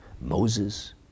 Moses